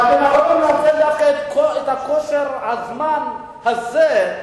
ואתם יכולים לנצל דווקא את כושר הזמן הזה,